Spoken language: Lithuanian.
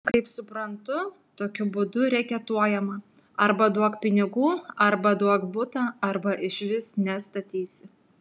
kaip suprantu tokiu būdu reketuojama arba duok pinigų arba duok butą arba išvis nestatysi